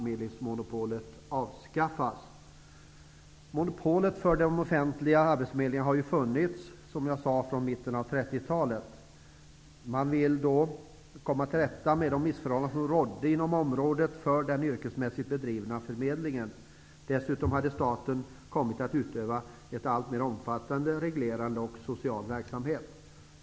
Monopolet för de offentliga arbetsförmedlingarna har ju, som jag sade, funnits sedan mitten av 30 talet. Man ville då komma till rätta med de missförhållanden som rådde inom området för den yrkesmässigt bedrivna förmedlingen. Dessutom hade staten kommit att utöva en alltmer omfattande reglerande och social verksamhet.